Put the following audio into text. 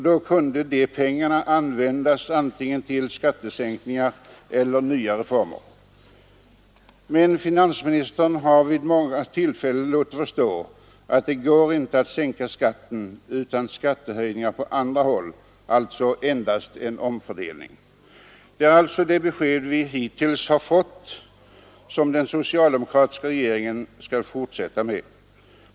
Då kunde de pengarna användas antingen till skattesänkningar eller nya reforme?. Men finansministern har vid många tillfällen låtit förstå att det inte går att sänka skatten utan skattehöjningar på andra håll — alltså endast en omfördelning. Det är det besked vi hittills har fått om hur den socialdemokratiska regeringen tänker fortsätta.